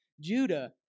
Judah